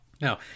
Now